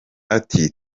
ati